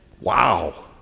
Wow